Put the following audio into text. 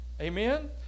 Amen